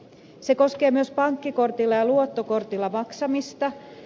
se koskee myös pankkikortilla ja luottokortilla maksamista